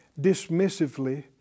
dismissively